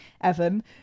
Evan